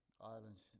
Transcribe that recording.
islands